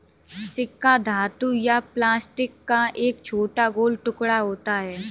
सिक्का धातु या प्लास्टिक का एक छोटा गोल टुकड़ा होता है